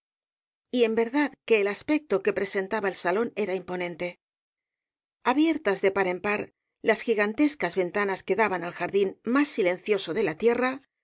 y en verdad que el aspecto que presentaba el salón era imponente abiertas de par en par las gigantescas ventanas que daban al jardín más silencioso de la tierra